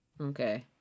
Okay